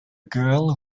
girl